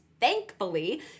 thankfully